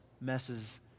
messes